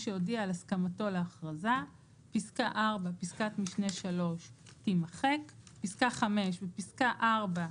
שהודיע על הסכמתו לאכרזה; (4)פסקת משנה (3) תימחק; (5)בפסקה (4)